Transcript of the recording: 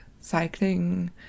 cycling